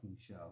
show